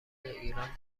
ایران